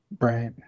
Right